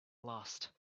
lost